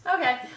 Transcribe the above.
Okay